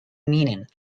meaning